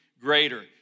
greater